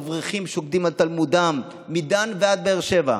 אברכים שוקדים על תלמודם מדן ועד באר שבע,